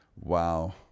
Wow